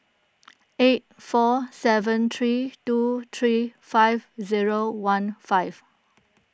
eight four seven three two three five zero one five